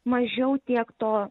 mažiau tiek to